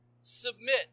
submit